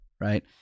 right